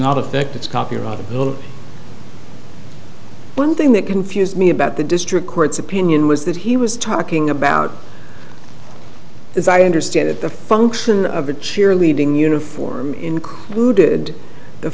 not affect its copyright of the little one thing that confused me about the district court's opinion was that he was talking about as i understand it the function of a cheerleading uniform included the